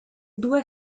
due